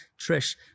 Trish